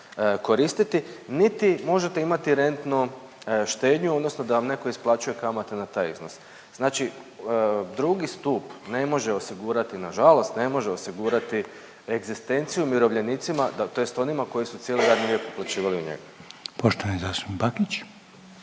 koristiti niti možete imati rentnu štednju odnosno da vam neko isplaćuje kamate na taj iznos. Znači II. stup ne može osigurati nažalost ne može osigurati egzistenciju umirovljenicima tj. onima koji su cijeli radni uplaćivali u njemu. **Reiner,